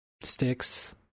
sticks